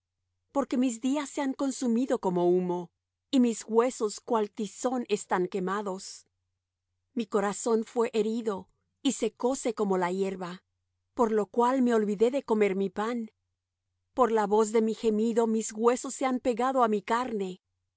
porque mis días se han consumido como humo y mis huesos cual tizón están quemados mi corazón fué herido y secóse como la hierba por lo cual me olvidé de comer mi pan por la voz de mi gemido mis huesos se han pegado á mi carne